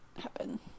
happen